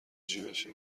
جیبشه